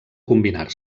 combinar